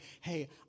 hey